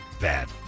bad